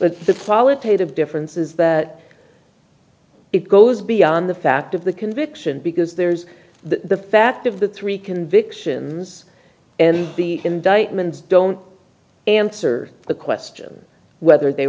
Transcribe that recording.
qualitative difference is that it goes beyond the fact of the conviction because there's the fact of the three convictions and the indictments don't answer the question whether they